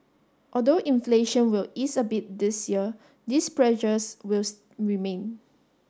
although inflation will ease a bit this year these pressures remain